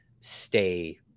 stay